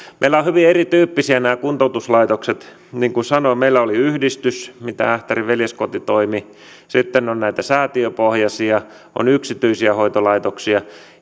meillä on hyvin erityyppisiä nämä kuntoutuslaitokset niin kuin sanoin meillä oli yhdistys millä tavalla ähtärin veljeskoti toimi sitten on näitä säätiöpohjaisia on yksityisiä hoitolaitoksia